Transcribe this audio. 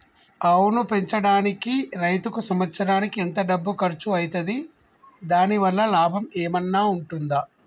ఆవును పెంచడానికి రైతుకు సంవత్సరానికి ఎంత డబ్బు ఖర్చు అయితది? దాని వల్ల లాభం ఏమన్నా ఉంటుందా?